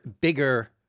bigger